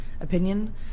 opinion